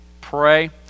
pray